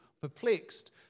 perplexed